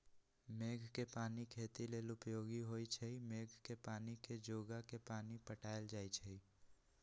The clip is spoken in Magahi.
मेघ कें पानी खेती लेल उपयोगी होइ छइ मेघ के पानी के जोगा के पानि पटायल जाइ छइ